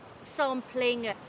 sampling